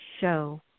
show